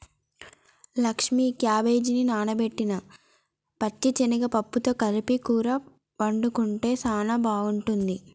లక్ష్మీ క్యాబేజిని నానబెట్టిన పచ్చిశనగ పప్పుతో కలిపి కూర వండుకుంటే సానా బాగుంటుంది